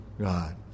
God